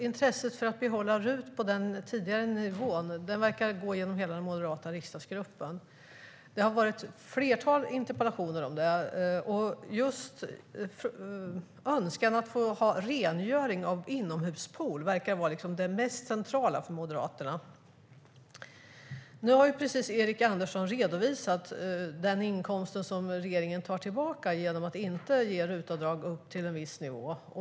Intresset för att behålla RUT på den tidigare nivån verkar gå genom hela den moderata riksdagsgruppen. Det har ställts ett flertal interpellationer om det, och önskan att få rengöring av inomhuspool verkar vara det mest centrala för Moderaterna. Nu har Erik Andersson precis redovisat den inkomst som regeringen tar tillbaka genom att inte ge RUT-avdrag upp till en viss nivå.